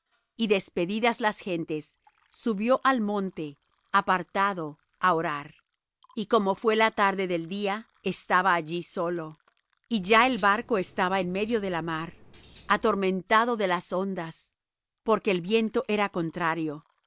y despedidas las gentes subió al monte apartado á orar y como fué la tarde del día estaba allí solo y ya el barco estaba en medio de la mar atormentado de las ondas porque el viento era contrario